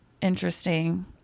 interesting